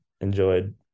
enjoyed